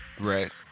Right